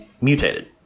mutated